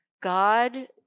God